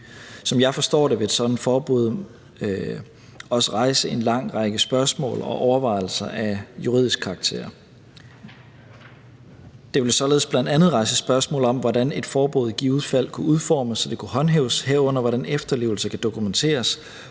Som jeg forstår det, vil et sådant forbud også rejse en lang række spørgsmål og overvejelser af juridisk karakter. Det vil således bl.a. rejse spørgsmål om, hvordan et forbud i givet fald kunne udformes, så det kunne håndhæves, herunder hvordan efterlevelse kunne dokumenteres,